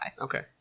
okay